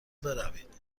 بروید